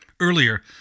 Earlier